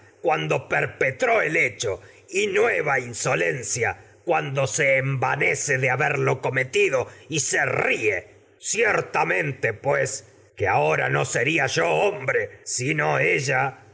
cuando perpetró nueva y hecho y insolencia se cuando se envanece de haberlo cometido ríe ciertamente pues que aho ra no sería yo hombre sino ella